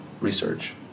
research